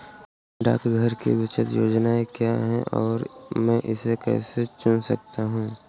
डाकघर की बचत योजनाएँ क्या हैं और मैं इसे कैसे चुन सकता हूँ?